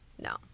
No